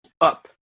up